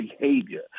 behavior